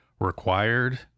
required